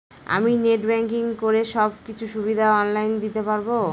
আমি net banking করে সব কিছু সুবিধা অন লাইন দিতে পারবো?